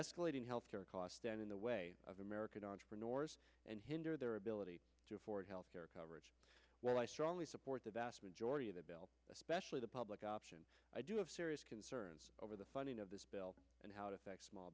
escalating health care costs down in the way of american entrepreneurs and hinder their ability to afford health care coverage well i strongly support the vast majority of the bill especially the public option i do have serious concerns over the funding of this bill and how it affects small